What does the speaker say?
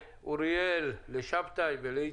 אוריאל, שבתאי ואיציק.